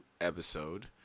episode